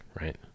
right